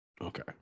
Okay